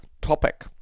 topic